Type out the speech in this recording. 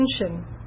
attention